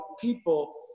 people